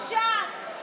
בושה.